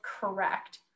correct